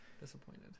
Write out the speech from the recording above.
disappointed